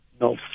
no